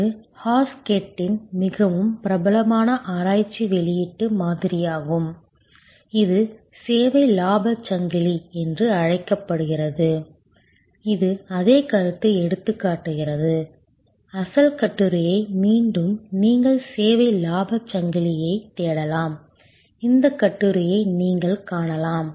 இது ஹாஸ்கெட்டின் மிகவும் பிரபலமான ஆராய்ச்சி வெளியீட்டு மாதிரியாகும் இது சேவை லாபச் சங்கிலி என்று அழைக்கப்படுகிறது இது அதே கருத்தை எடுத்துக்காட்டுகிறது அசல் கட்டுரையை மீண்டும் நீங்கள் சேவை லாபச் சங்கிலியைத் தேடலாம் இந்த கட்டுரையை நீங்கள் காணலாம்